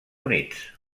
units